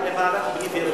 בוועדת הפנים.